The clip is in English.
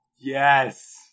Yes